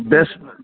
दस